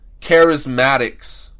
charismatics